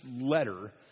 letter